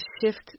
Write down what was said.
shift